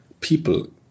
people